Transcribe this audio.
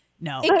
No